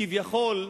כביכול,